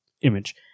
image